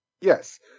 Yes